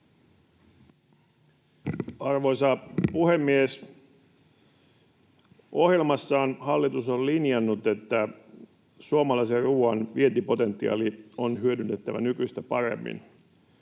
Arvoisa puhemies! Ohjelmassaan hallitus on linjannut, että suomalaisen ruuan vientipotentiaali on hyödynnettävä nykyistä paremmin.